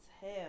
hell